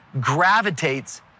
gravitates